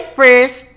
first